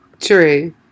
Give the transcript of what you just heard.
True